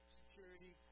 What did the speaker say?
security